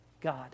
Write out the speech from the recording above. God